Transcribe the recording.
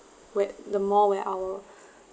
whe~ the mall where our